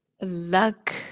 luck